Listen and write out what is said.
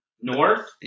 North